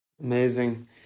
Amazing